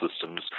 systems